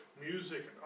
music